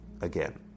again